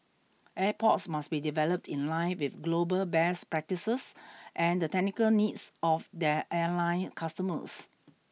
airports must be developed in line with global best practices and the technical needs of their airline customers